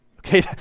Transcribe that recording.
Okay